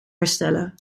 herstellen